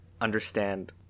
understand